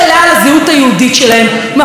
מפתיעות אותי כל פעם מחדש.